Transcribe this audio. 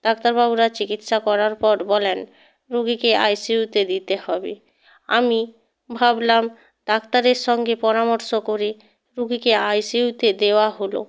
doctor বাবুরা চিকিৎসা করার পর বলেন রুগীকে আইসিইউতে দিতে হবে আমি ভাবলাম ডাক্তারের সঙ্গে পরামর্শ করে রুগীকে আইসিইউতে দেওয়া হলো